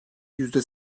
yüzde